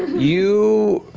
you